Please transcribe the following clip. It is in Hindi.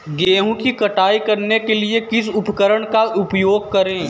गेहूँ की कटाई करने के लिए किस उपकरण का उपयोग करें?